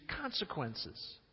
consequences